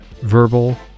Verbal